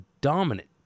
dominant